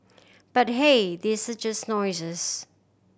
but hey these are just noises